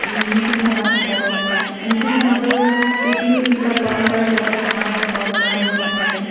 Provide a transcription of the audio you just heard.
মিচিং সমাজবিলাকৰ কথা মিচিং সমাজৰ ৰীতি নীতি বা পৰম্পৰাৰ লগত আমাৰ পৰম্পৰা মিল নাথাকে